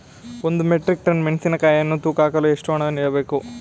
ಒಂದು metric tonne ಮೆಣಸಿನಕಾಯಿಯನ್ನು ತೂಕ ಹಾಕಲು ಎಷ್ಟು ಹಣ ನೀಡಬೇಕು?